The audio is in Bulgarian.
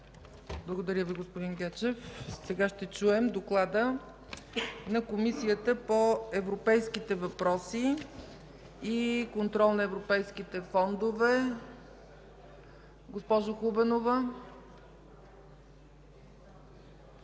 Благодаря Ви, господин Гечев. Сега ще чуем доклада на Комисията по европейските въпроси и контрол на европейските фондове. Заповядайте, госпожо